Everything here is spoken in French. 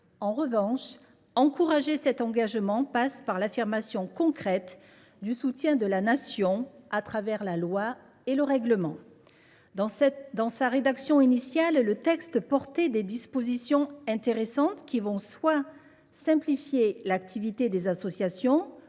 En revanche, encourager cet engagement passe par l’affirmation concrète du soutien de la Nation au travers de la loi et du règlement. Dans sa version initiale, le texte comportait des dispositions intéressantes : elles visaient soit à simplifier l’activité des associations,